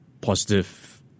positive